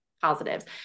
positives